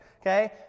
okay